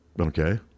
Okay